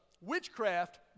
witchcraft